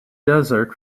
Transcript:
desert